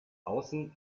außen